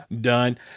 Done